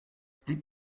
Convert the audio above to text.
blieb